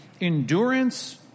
endurance